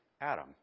Adam